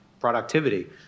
productivity